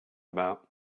about